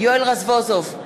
יואל רזבוזוב,